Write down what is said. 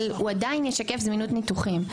אבל הוא עדיין ישקף זמינות ניתוחים.